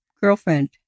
girlfriend